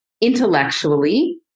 intellectually